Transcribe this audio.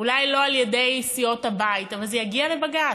אולי לא על-ידי סיעות הבית אבל זה יגיע לבג"ץ.